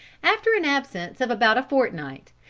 after an absence of about a fortnight,